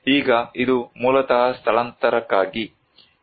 ಈಗ ಇದು ಮೂಲತಃ ಸ್ಥಳಾಂತರಕ್ಕಾಗಿ